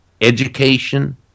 education